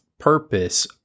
purpose